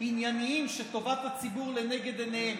ענייניים שטובת הציבור לנגד עיניהם,